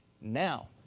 Now